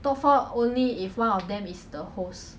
but if we hosting like the